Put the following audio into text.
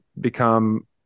become